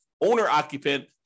owner-occupant